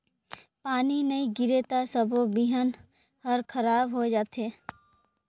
पानी नई गिरे त सबो बिहन हर खराब होए जथे